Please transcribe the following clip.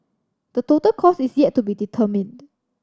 the total cost is yet to be determined